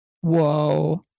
Whoa